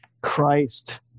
Christ